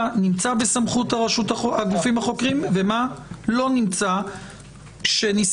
מה נמצא בסמכות הגופים החוקרים ומה לא נמצא שניסיתם